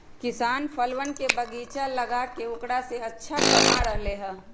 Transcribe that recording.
किसान फलवन के बगीचा लगाके औकरा से अच्छा कमा रहले है